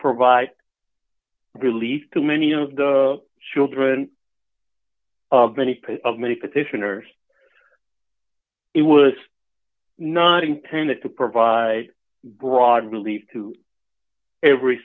provide relief to many of the children of many people of many petitioners it was not intended to provide broad relief to every